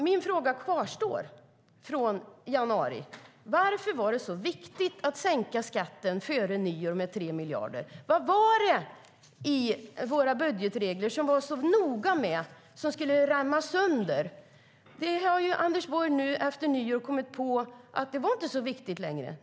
Min fråga från januari kvarstår: Varför var det så viktigt att sänka skatten före nyår med 3 miljarder? Vad var det i våra budgetregler som det var så noga med? Vad var det som skulle gå sönder? Anders Borg har ju efter nyår kommit på att det inte var så viktigt längre.